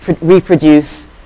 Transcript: reproduce